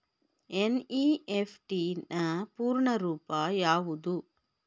NEFT ನ ಪೂರ್ಣ ರೂಪ ಯಾವುದು?